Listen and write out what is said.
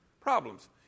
problems